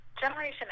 Generation